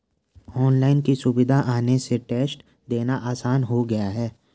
online की सुविधा आने से टेस्ट देना आसान हो गया है